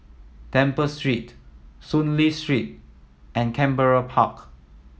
Temple Street Soon Lee Street and Canberra Park